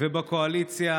ובקואליציה,